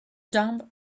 dumb